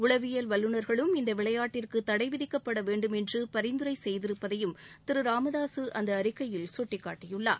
உளவியல் வல்லுநர்களும் இந்த விளையாட்டிற்கு தடைவிதிக்கப்பட வேண்டும் என்று பரிந்துரை செய்திருப்பதையும் திரு ராமதாசு அந்த அறிக்கையில் சுட்டிக்காட்டியுள்ளார்